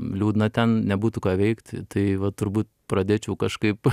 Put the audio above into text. liūdna ten nebūtų ką veikti tai vat turbūt pradėčiau kažkaip